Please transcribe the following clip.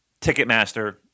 Ticketmaster